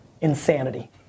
insanity